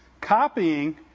Copying